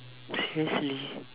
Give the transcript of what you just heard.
seriously